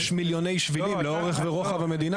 יש מיליוני שבילים לאורך ורוחב המדינה.